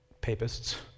papists